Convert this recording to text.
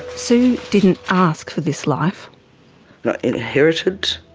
sue didn't ask for this life. i inherited